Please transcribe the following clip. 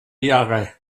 jahre